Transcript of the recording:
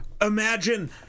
Imagine